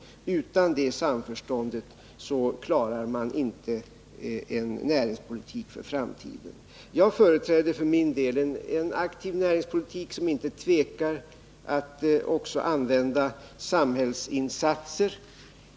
Utan det samförståndet klarar man inte en näringspolitik för framtiden. Jag företräder för min del en aktiv näringspolitik, som inte tvekar att också använda samhällsinsatser.